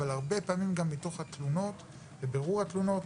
אבל הרבה פעמים גם מתוך התלונה ומבירור התלונות,